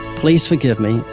please forgive me,